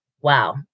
Wow